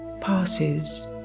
passes